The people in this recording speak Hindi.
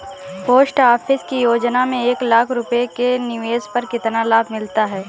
पोस्ट ऑफिस की योजना में एक लाख रूपए के निवेश पर कितना लाभ मिलता है?